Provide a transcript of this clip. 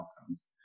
outcomes